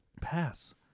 Pass